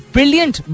Brilliant